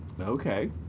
Okay